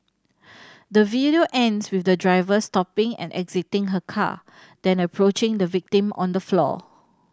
the video ends with the driver stopping and exiting her car then approaching the victim on the floor